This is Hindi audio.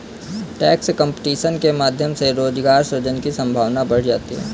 टैक्स कंपटीशन के माध्यम से रोजगार सृजन की संभावना बढ़ जाती है